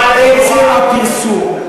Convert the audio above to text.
עצם הפרסום,